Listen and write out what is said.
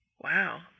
Wow